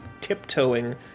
tiptoeing